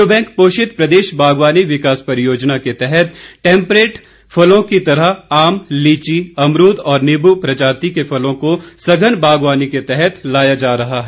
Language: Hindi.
विश्व बैंक पोषित प्रदेश बागवानी विकास परियोजना के तहत टैम्परेट फलों की तरह आम लीची अमरूद और नींबू प्रजाति फलों को सघन बागवानी के तहत लाया जा रहा है